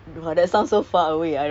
bawa passport